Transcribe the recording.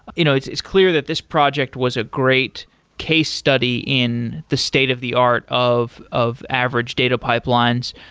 you know it's it's clear that this project was a great case study in the state of the art of of average data pipelines,